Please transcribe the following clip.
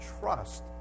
trust